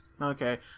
okay